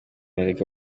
erega